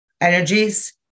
energies